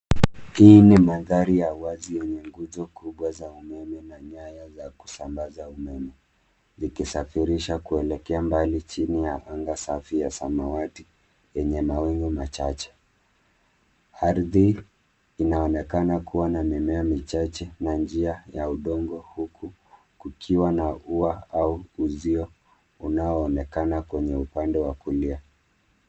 Hii ni mandhari ya uwazi yenye nguzo kubwa za umeme na nyaya za kusambaza umeme, zikisafirisha kuelekea mbali chini ya anga safi ya samawati yenye mawingu machache. Ardhi inaonekana kuwa na mimea michache na njia ya udongo huku kukiwa na ua au uzio unaonekana kwenye upande wa kulia.